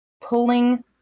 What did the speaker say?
pulling